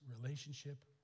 relationship